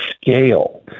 scale